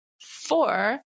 four